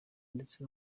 ndetse